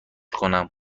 کنم